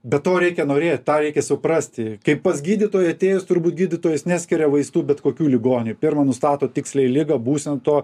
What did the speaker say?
bet to reikia norėt tą reikia suprasti kaip pas gydytoją atėjus turbūt gydytojas neskiria vaistų bet kokių ligoniui pirma nustato tiksliai ligą būseną to